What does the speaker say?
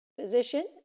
physician